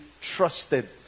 trusted